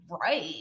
right